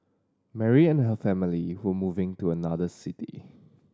Mary and her family were moving to another city